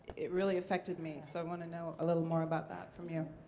it really affected me. so i want to know a little more about that from you.